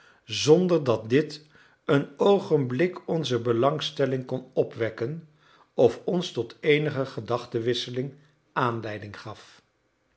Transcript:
zonder dat dit een oogenblik onze belangstelling kon opwekken of ons tot eenige gedachtewisseling aanleiding gaf